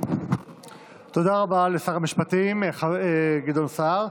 תודה רבה לשר המשפטים גדעון סער.